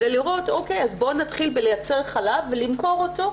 אמרתי: בואו נתחיל בייצור חלב ומכירתו,